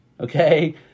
Okay